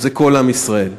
כל עם ישראל.